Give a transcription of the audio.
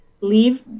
leave